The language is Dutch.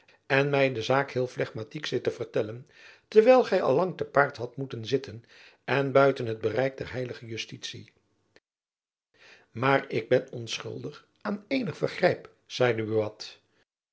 en my de zaak heel flegmatiek zit te vertellen terwijl gy al lang te paard hadt moeten zitten en buiten het bereik der heilige justitie jacob van lennep elizabeth musch maar ik ben onschuldig aan eenig vergrijp zeide buat